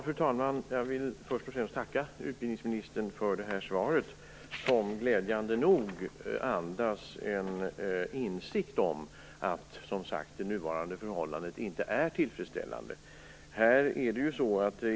Fru talman! Jag vill först och främst tacka utbildningsministern för svaret, som glädjande nog andas en insikt om att det nuvarande förhållandet inte är tillfredsställande.